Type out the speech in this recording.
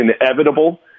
inevitable